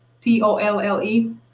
T-O-L-L-E